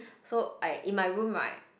so I in my room right